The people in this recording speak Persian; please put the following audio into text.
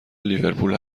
لیورپول